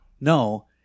No